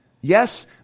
Yes